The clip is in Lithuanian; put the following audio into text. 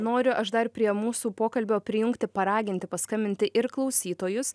noriu aš dar prie mūsų pokalbio prijungti paraginti paskambinti ir klausytojus